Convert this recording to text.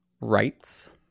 Rights